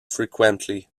frequently